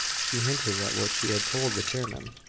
she hinted at what she had told the chairman.